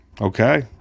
okay